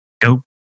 go